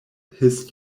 his